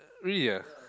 really ah